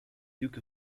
duke